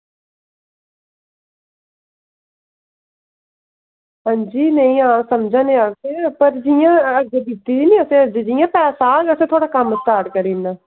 अंजी नेईं आं समझा नै अस पर जियां अर्जी दित्ती दी नि जियां पैसा औग ना ते असें थुआढ़ा कम्म स्टार्ट करी ओड़ना